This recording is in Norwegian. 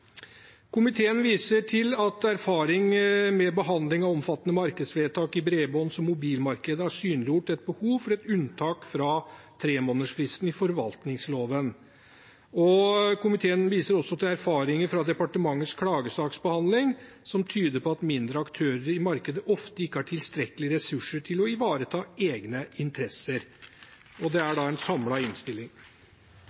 Komiteen viser til at erfaring med behandling av omfattende markedsvedtak i bredbånds- og mobilmarkedet har synliggjort et behov for et unntak fra tremånedersfristen i forvaltningsloven. Komiteen viser også til erfaringer fra departementets klagesaksbehandling, som tyder på at mindre aktører i markedet ofte ikke har tilstrekkelige ressurser til å ivareta egne interesser. Dette er